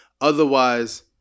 otherwise